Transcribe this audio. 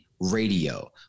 radio